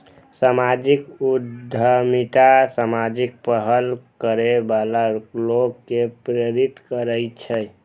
सामाजिक उद्यमिता सामाजिक पहल करै बला लोक कें प्रेरित करै छै